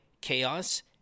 chaos